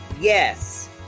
Yes